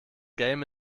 game